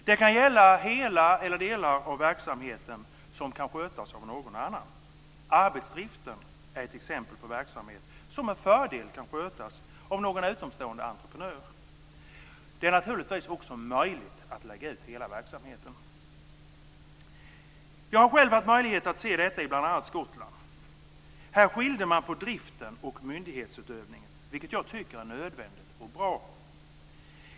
Det kan gälla att hela eller delar av verksamheten kan skötas av någon annan. Arbetsdriften är ett exempel på verksamhet som med fördel kan skötas av någon utomstående entreprenör. Det är naturligtvis också möjlighet att lägga ut hela verksamheten på entreprenad. Jag har själv haft möjlighet att se detta i bl.a. Skottland. Här skilde man på driften och myndighetsutövningen, vilket jag tycker är nödvändigt och bra.